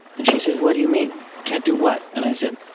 and she says, what do you mean? can't do what? and i said,